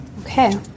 Okay